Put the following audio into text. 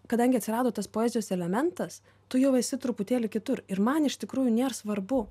kadangi atsirado tas poezijos elementas tu jau esi truputėlį kitur ir man iš tikrųjų nėr svarbu